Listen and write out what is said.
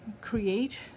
create